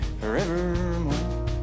forevermore